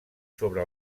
sobre